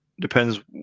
depends